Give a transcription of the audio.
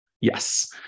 Yes